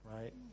right